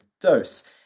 dose